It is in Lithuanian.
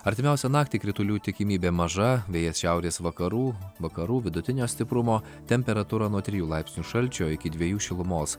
artimiausią naktį kritulių tikimybė maža vėjas šiaurės vakarų vakarų vidutinio stiprumo temperatūra nuo trijų laipsnių šalčio iki dviejų šilumos